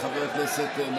חברי הכנסת.